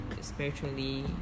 spiritually